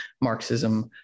marxism